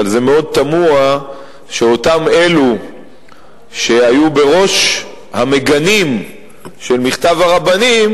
אבל זה מאוד תמוה שאותם אלו שהיו בראש המגנים של מכתב הרבנים,